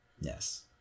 Yes